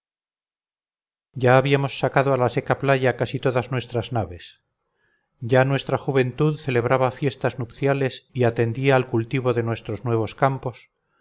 ya habíamos sacado a la seca playa casi todas nuestras naves ya nuestra juventud celebraba fiestas nupciales y atendía al cultivo de nuestros nuevos campos